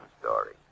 story